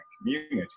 community